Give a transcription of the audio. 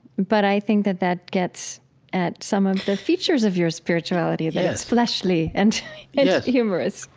but i think that that gets at some of the features of your spirituality that it's fleshly and it's humorous